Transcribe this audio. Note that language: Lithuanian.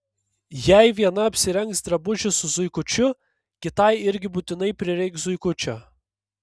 jei viena apsirengs drabužį su zuikučiu kitai irgi būtinai prireiks zuikučio